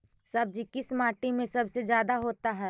सब्जी किस माटी में सबसे ज्यादा होता है?